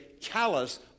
callous